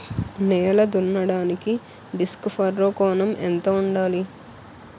నేల దున్నడానికి disc furrow కోణం ఎంత ఉండాలి?